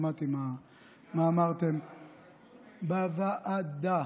שמעתי מה אמרתם בוועדה.